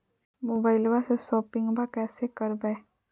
मोबाइलबा से शोपिंग्बा कैसे करबै?